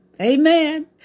Amen